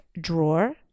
drawer